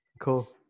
Cool